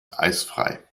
eisfrei